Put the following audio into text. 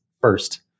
first